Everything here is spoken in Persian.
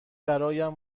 برایم